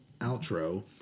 outro